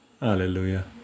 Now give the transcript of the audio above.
Hallelujah